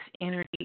energy